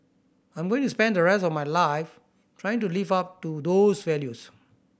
I'm going to spend the rest of my life trying to live up to those values